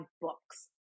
books